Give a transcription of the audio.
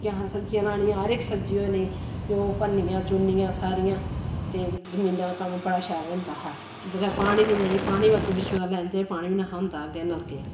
होंदियां हियां सब्जियां लानियां हर इक सब्जी होनी फ्ही ओह् भरनियां चुननियां सारियां ते जमीना दा कम्म बड़ा शैल होंदा हा बग पानी बी नेईं पानी अग्गूं पिच्छुं दा लैंदे पानी बी नेहा होंदा हा अग्गें नलके